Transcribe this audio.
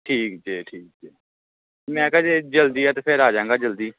ਠੀਕ ਜੇ ਠੀਕ ਜੇ ਮੈਂ ਕਿਹਾ ਜੇ ਜਲਦੀ ਹੈ ਤਾਂ ਫੇਰ ਆ ਜਾਵਾਂਗਾ ਜਲਦੀ